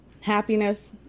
happiness